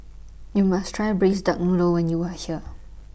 YOU must Try Braised Duck Noodle when YOU Are here